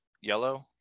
yellow